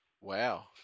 Wow